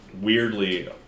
weirdly